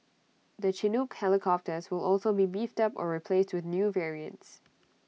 the Chinook helicopters will also be beefed up or replaced with new variants